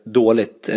dåligt